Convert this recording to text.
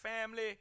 family